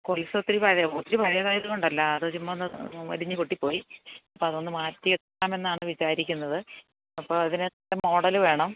കൊലുസ്സ് ഒത്തിരി പഴയ ഒത്തിരി പഴയത് ആയത് കൊണ്ടല്ല അത് ചുമ്മാ ഒന്ന് വലിഞ്ഞ് പൊട്ടിപ്പോയി അപ്പം അതൊന്ന് മാറ്റി എടുക്കാമെന്നാണ് വിചാരിക്കുന്നത് അപ്പോൾ അതിനെത്ര മോഡൽ വേണം